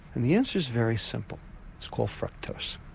and the answer is very simple it's called fructose,